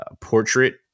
portrait